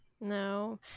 No